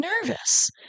nervous